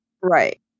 Right